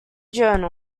journal